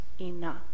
enough